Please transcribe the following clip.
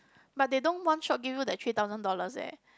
but they don't one shot give you that three thousand dollars eh